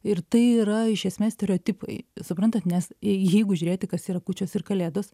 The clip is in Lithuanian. ir tai yra iš esmės stereotipai suprantat nes jeigu žiūrėti kas yra kūčios ir kalėdos